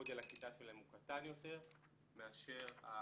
גודל הכיתה שלהם הוא קטן יותר מאשר החזקים.